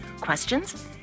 Questions